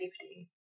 safety